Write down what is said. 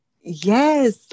Yes